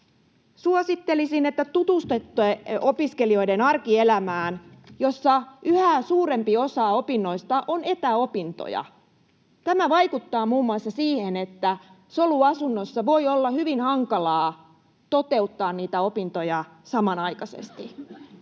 Suosittelisin, että tutustutte opiskelijoiden arkielämään, jossa yhä suurempi osa opinnoista on etäopintoja. Tämä vaikuttaa muun muassa siihen, että soluasunnossa voi olla hyvin hankalaa toteuttaa niitä opintoja samanaikaisesti.